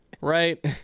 Right